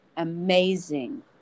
amazing